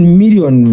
million